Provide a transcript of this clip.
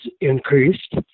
increased